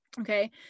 okay